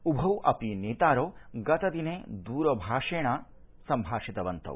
उभौ अपि नेतारौ गतदिने दूरभाषेण भाषितवन्तौ